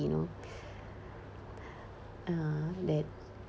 you know uh that